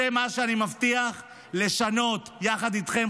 זה מה שאני מבטיח לשנות יחד איתכם,